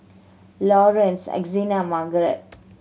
Lawerence Hezekiah Marget